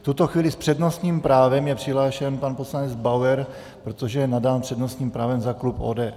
V tuto chvíli s přednostním právem je přihlášen pan poslanec Bauer, protože je nadán přednostním právem za klub ODS.